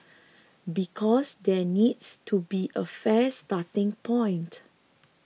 because there needs to be a fair starting point